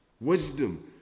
wisdom